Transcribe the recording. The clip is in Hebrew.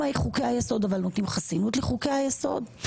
מה הם חוקי היסוד אבל נותנים חסינות לחוקי היסוד,